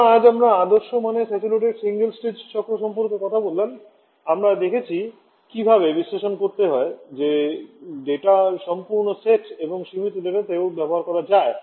সুতরাং আজ আমরা আদর্শ মানের স্যাচুরেটেড সিঙ্গল স্টেজ চক্র সম্পর্কে কথা বললাম আমরা দেখেছি কীভাবে বিশ্লেষণ করতে হয় যে ডেটা সম্পূর্ণ সেট এবং সীমিত ডাটাতেও ব্যবহার করা হয়